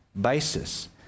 basis